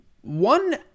One